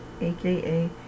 aka